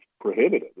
prohibited